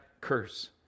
curse